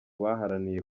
baharaniye